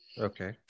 Okay